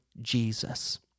Jesus